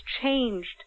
changed